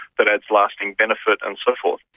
that has lasting benefit and so forth?